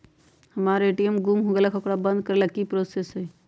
हमर ए.टी.एम गुम हो गेलक ह ओकरा बंद करेला कि कि करेला होई है?